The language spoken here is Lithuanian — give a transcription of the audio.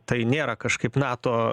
tai nėra kažkaip nato